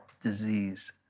disease